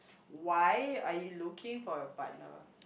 why are you looking for a partner